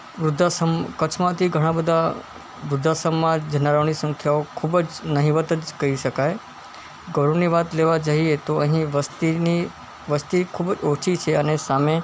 વૃદ્ધાશ્રમ કચ્છમાંથી ઘણા બધા વૃધ્ધાશ્રમમાં જનારાઓની સંખ્યાઓ ખૂબ જ નહીંવત્ જ કહી શકાય ગૌરવની વાત લેવા જાઈએ તો અહીં વસ્તીની વસ્તી ખૂબ જ ઓછી છે અને સામે